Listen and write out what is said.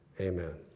Amen